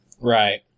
Right